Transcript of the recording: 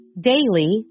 daily